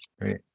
great